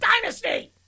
dynasty